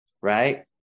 right